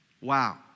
Wow